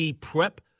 prep